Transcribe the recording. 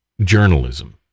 journalism